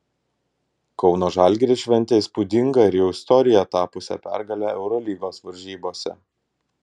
kauno žalgiris šventė įspūdingą ir jau istorija tapusią pergalę eurolygos varžybose